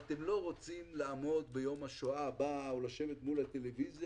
אתם לא רוצים לעמוד ביום השואה הבא או לשבת מול הטלוויזיה